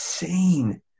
insane